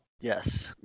Yes